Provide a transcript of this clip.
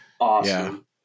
awesome